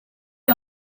列表